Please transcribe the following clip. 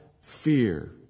fear